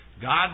God